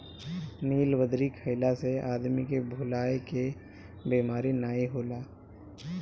नीलबदरी खइला से आदमी के भुलाए के बेमारी नाइ होला